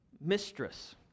mistress